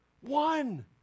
one